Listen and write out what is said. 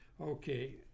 Okay